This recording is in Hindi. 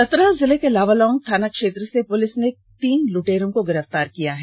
चतरा जिले के लावालौंग थाना क्षेत्र से पुलिस ने तीन लुटेरों को गिरफ़तार किया है